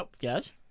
Yes